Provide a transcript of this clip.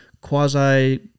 quasi